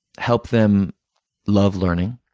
help them love learning,